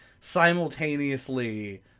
simultaneously